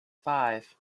five